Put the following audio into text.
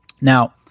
now